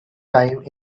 time